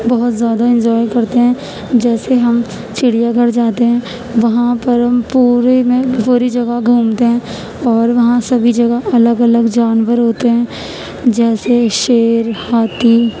بہت زیادہ انجوائے کرتے ہیں جیسے ہم چڑیا گھر جاتے ہیں وہاں پر پورے میں پوری جگہ گھومتے ہیں اور وہاں سبھی جگہ الگ الگ جانور ہوتے ہیں جیسے شیر ہاتھی